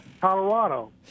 Colorado